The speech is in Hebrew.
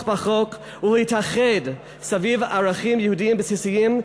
בחוק ולהתאחד סביב ערכים יהודיים בסיסיים,